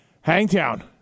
Hangtown